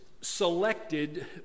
selected